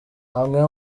amwe